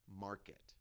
market